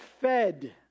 fed